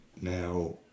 Now